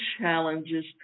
challenges